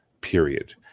period